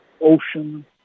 ocean